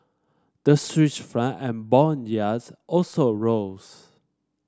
the Swiss Franc and bond yields also rose